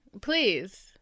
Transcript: please